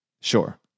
sure